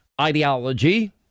ideology